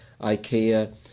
IKEA